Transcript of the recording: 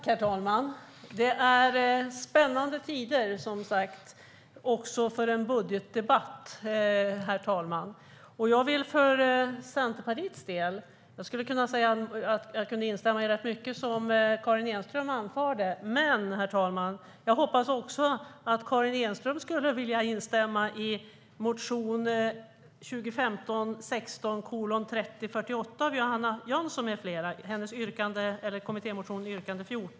Herr talman! Det är spännande tider, också för en budgetdebatt. Jag skulle kunna instämma i ganska mycket av det som Karin Enström anförde. Men jag hoppas att Karin Enström också skulle vilja instämma i motion 2015/16:3048 av Johanna Jönsson med flera och hennes yrkande 14.